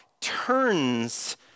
turns